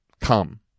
come